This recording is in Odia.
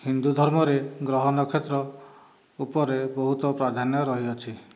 ହିନ୍ଦୁ ଧର୍ମରେ ଗ୍ରହ ନକ୍ଷେତ୍ର ଉପରେ ବହୁତ ପ୍ରାଧାନ୍ୟ ରହିଅଛି